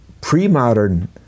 pre-modern